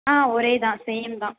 ஒரே இதான் சேம்தான்